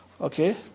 okay